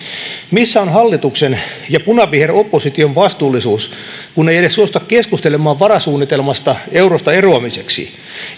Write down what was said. missä on hallituksen ja punaviheropposition vastuullisuus kun ei suostuta edes keskustelemaan varasuunnitelmasta eurosta eroamiseksi